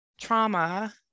trauma